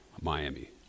Miami